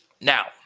Now